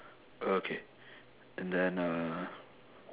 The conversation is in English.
okay and then uh